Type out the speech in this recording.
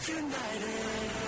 united